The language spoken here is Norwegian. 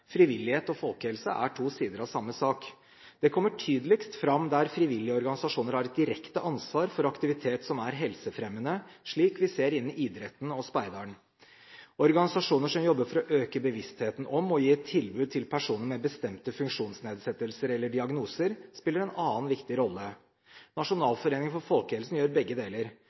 Frivillighet og folkehelse er to sider av samme sak. Det kommer tydeligst fram der frivillige organisasjoner har et direkte ansvar for aktivitet som er helsefremmende, slik vi ser innen idretten og speideren. Organisasjoner som jobber for å øke bevisstheten om og gi et tilbud til personer med bestemte funksjonsnedsettelser eller diagnoser, spiller en annen viktig rolle. Nasjonalforeningen for folkehelsen gjør begge deler.